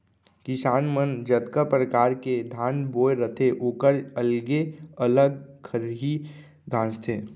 किसान मन जतका परकार के धान बोए रथें ओकर अलगे अलग खरही गॉंजथें